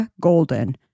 Golden